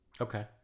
okay